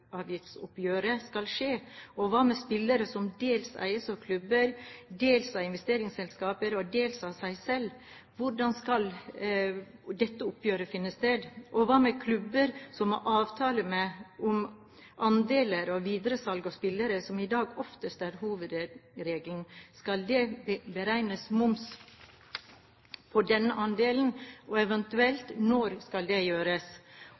skal skje? Hva med spillere som dels eies av klubber, dels av investeringsselskaper og dels av seg selv – hvordan skal dette oppgjøret finne sted? Hva med klubber som har avtale om andeler ved videresalg av spillere, som i dag oftest er hovedregelen – skal det beregnes moms på denne andelen, og eventuelt når skal dette gjøres?